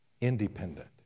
independent